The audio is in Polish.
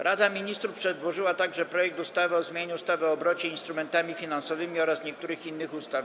Rada Ministrów przedłożyła także projekt ustawy o zmianie ustawy o obrocie instrumentami finansowymi oraz niektórych innych ustaw.